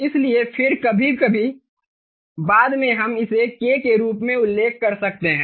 इसलिए फिर कभी कभी बाद में हम इसे K के रूप में उल्लेख कर सकते हैं